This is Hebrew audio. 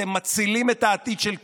אתם מצילים את העתיד של כולנו,